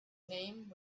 name